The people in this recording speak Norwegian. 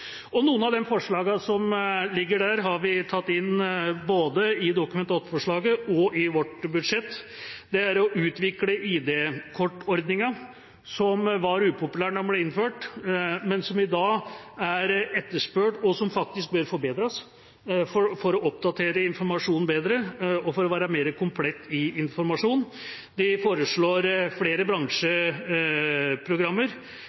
og noen av de forslagene som ligger der, har vi tatt inn både i Dokument 8-forslaget og i vårt budsjett. Det er å utvikle ID-kort-ordninga, som var upopulær da den ble innført, men som i dag er etterspurt, og som faktisk bør forbedres for å oppdatere informasjonen bedre og for å være mer komplett i informasjonen. Vi foreslår flere bransjeprogrammer.